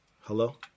Hello